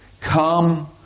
Come